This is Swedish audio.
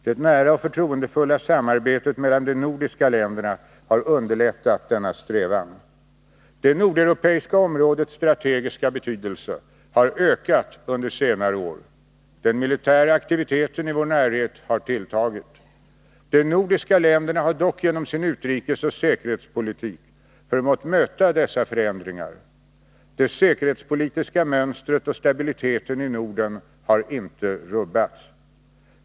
Det nära och förtroendefulla samarbetet mellan de nordiska länderna har underlättat denna strävan. Det nordeuropeiska områdets strategiska betydelse har ökat under senare år. Den militära aktiviteten i vår närhet har tilltagit. De nordiska länderna har dock genom sin utrikesoch säkerhetspolitik förmått möta dessa förändringar. Det säkerhetspolitiska mönstret och stabiliteten i Norden har inte rubbats.